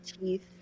teeth